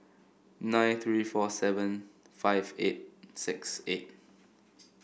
nine three four seven five eight six eight